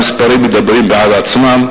המספרים מדברים בעד עצמם,